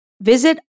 Visit